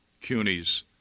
CUNY's